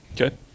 Okay